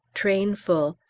train full,